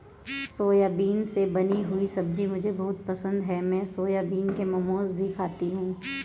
soybean से बनी हुई सब्जी मुझे बहुत पसंद है मैं सोयाबीन के मोमोज भी खाती हूं